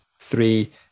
three